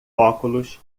óculos